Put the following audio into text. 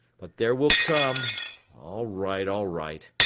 but there will come all right all right.